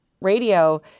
radio